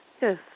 Yes